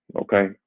Okay